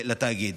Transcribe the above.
לתאגיד.